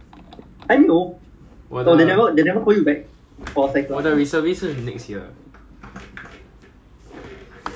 ah 我的 according to insider news lah 我有一个 senior 他的 insider news 蛮 strong 的 like 他不是 regular but then 他